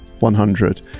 100